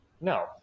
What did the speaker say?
No